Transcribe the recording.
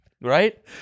right